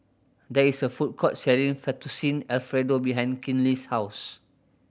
there is a food court selling Fettuccine Alfredo behind Kinley's house